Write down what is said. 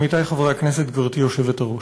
עמיתי חברי הכנסת, גברתי היושבת-ראש,